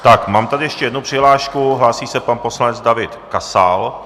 Tak mám tady ještě jednu přihlášku, hlásí se pan poslanec David Kasal.